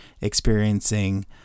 experiencing